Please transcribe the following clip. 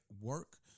work